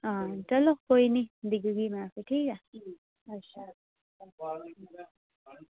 आं चलो कोई निं दिक्खगी में उसी भला